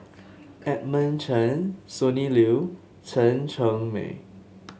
Edmund Chen Sonny Liew Chen Cheng Mei